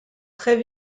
très